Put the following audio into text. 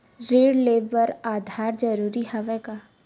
ऋण ले बर आधार जरूरी हवय का?